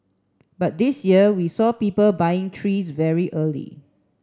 but this year we saw people buying trees very early